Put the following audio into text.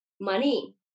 money